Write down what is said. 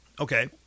Okay